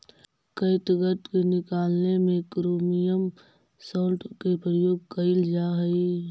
catgut के निकालने में क्रोमियम सॉल्ट के प्रयोग कइल जा हई